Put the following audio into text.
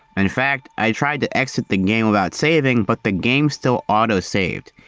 in fact, i tried to exit the game without saving but the game still auto saved.